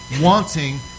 wanting